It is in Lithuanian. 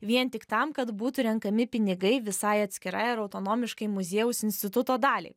vien tik tam kad būtų renkami pinigai visai atskirai ar autonomiškai muziejaus instituto daliai